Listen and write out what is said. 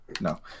no